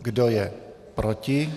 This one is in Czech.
Kdo je proti?